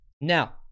Now